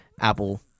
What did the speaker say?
Apple